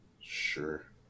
Sure